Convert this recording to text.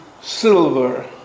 silver